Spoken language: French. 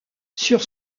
sur